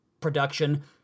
production